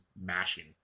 mashing